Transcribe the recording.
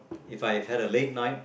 If I have had a late night